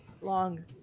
Long